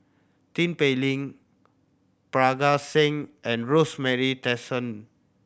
Tin Pei Ling Parga Singh and Rosemary Tessensohn